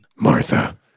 Martha